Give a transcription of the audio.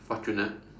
fortunate